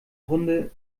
runde